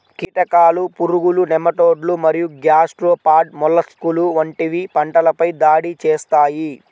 కీటకాలు, పురుగులు, నెమటోడ్లు మరియు గ్యాస్ట్రోపాడ్ మొలస్క్లు వంటివి పంటలపై దాడి చేస్తాయి